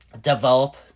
develop